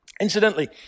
Incidentally